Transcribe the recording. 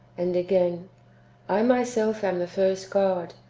and again i myself am the first god,